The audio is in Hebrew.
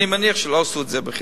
אני מניח שלא עשו את זה בחינם,